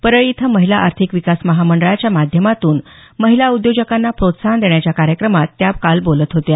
परळी इथं महिला आर्थिक विकास महामंडळाच्या माध्यमातून महिला उद्योजकांना प्रोत्साहन देण्याच्या कार्यक्रमात त्शस काल बोलत होत्या